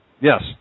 Yes